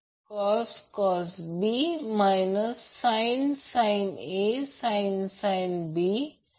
तर हा Ia मग या करंटमधील काही भाग Ia 1 ला आणि Ia 2 ला जात आहे